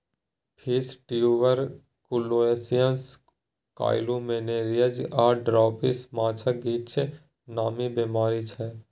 fish tuberculosis, columnaris आ dropsy माछक किछ नामी बेमारी छै